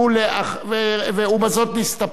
8827 ו-8828.